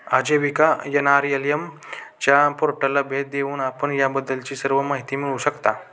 आजीविका एन.आर.एल.एम च्या पोर्टलला भेट देऊन आपण याबद्दलची सर्व माहिती मिळवू शकता